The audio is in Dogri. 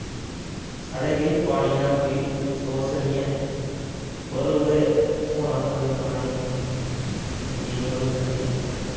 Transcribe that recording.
साढ़े कि पानिये दा कोई सोर्स निं ऐ बरग ते थ्होना फसल खाने ते नेईं बरग ते नेईं थ्होना